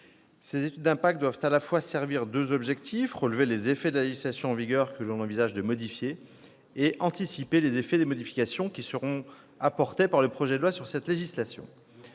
Les études d'impact doivent servir à la fois deux objectifs : relever les effets de la législation en vigueur que l'on envisage de modifier, et anticiper les effets des modifications apportées par le projet de loi à cette législation.